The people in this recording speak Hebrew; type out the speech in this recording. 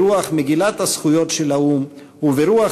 ברוח מגילת הזכויות של האו"ם וברוח